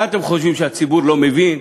מה אתם חושבים, שהציבור לא מבין?